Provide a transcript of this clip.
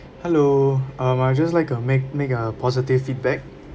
hello um I just like uh make make a positive feedback